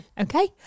okay